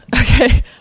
Okay